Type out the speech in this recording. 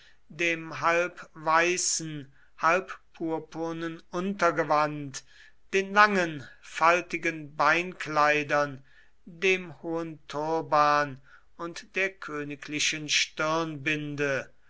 dem halb weißen halb purpurnen untergewand den langen faltigen beinkleidern dem hohen turban und der königlichen